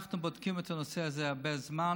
אנחנו בודקים את הנושא הזה הרבה זמן